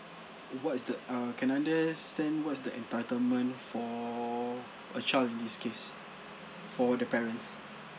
what is uh can understand what is the entitlement for a child in this case for the parents